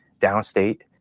downstate